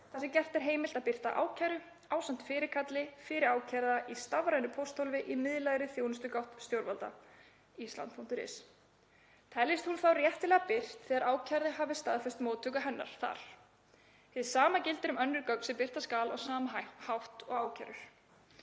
þar sem gert er heimilt að birta ákæru, ásamt fyrirkalli, fyrir ákærða í stafrænu pósthólfi í miðlægri þjónustugátt stjórnvalda, island.is. Teljist hún þá réttilega birt þegar ákærði hafi staðfest móttöku hennar þar. Hið sama gildir um önnur gögn sem birta skal á sama hátt og ákærur.